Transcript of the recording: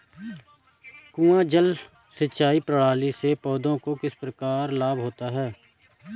कुआँ जल सिंचाई प्रणाली से पौधों को किस प्रकार लाभ होता है?